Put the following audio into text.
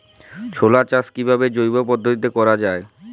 ছোলা চাষ কিভাবে জৈব পদ্ধতিতে করা যায়?